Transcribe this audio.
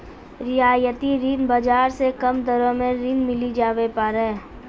रियायती ऋण बाजार से कम दरो मे ऋण मिली जावै पारै